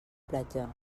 platja